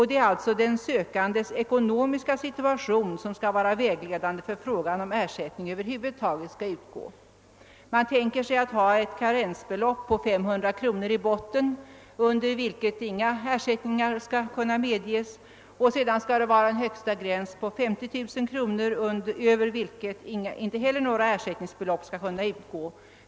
Det är alltså den sökandes ekonomiska situation som skall vara vägledande för frågan om ersättning över huvud taget skall utgå. Man tänker sig att ha ett karensbelopp på 500 kronor i botten under vilket inga ersättningar skall medges, och sedan skall det vara en högsta gräns på 50 000 kronor över vilken icke heller ersättning skall utgå.